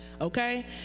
okay